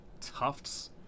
Tufts